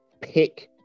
pick